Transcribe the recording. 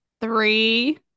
Three